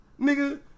nigga